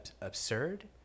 absurd